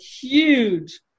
huge